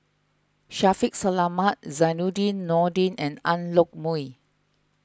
Shaffiq Selamat Zainudin Nordin and Ang Yoke Mooi